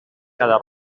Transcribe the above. cada